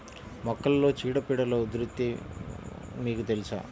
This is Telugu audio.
మొక్కలలో చీడపీడల ఉధృతి మీకు తెలుసా?